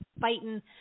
fighting